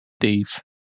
Thief